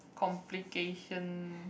complication